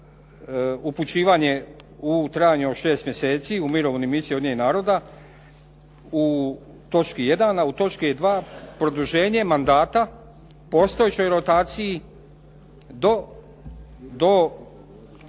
upućivanje u trajanju od 6 mjeseci u Mirovnoj misiji Ujedinjenih naroda u točki jedan. A u točki 2. produženje mandata, postojećoj rotaciji do